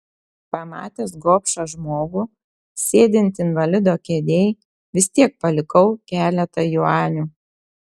pamatęs gobšą žmogų sėdintį invalido kėdėj vis tiek palikau keletą juanių